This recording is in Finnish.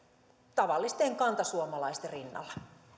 tavallisten kantasuomalaisten rinnalla